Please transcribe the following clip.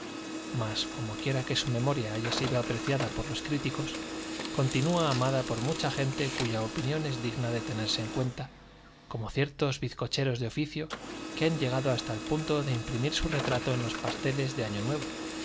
mas como quiera que su memoria haya sido apreciada por los críticos continúa amada por mucha gente cuya opinión es digna de tenerse en cuenta como ciertos bizcocheros de oficio que han llegado hasta el punto de imprimir su retrato en los pasteles de año nuevo